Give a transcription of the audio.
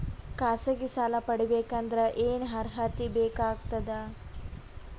ಖಾಸಗಿ ಸಾಲ ಪಡಿಬೇಕಂದರ ಏನ್ ಅರ್ಹತಿ ಬೇಕಾಗತದ?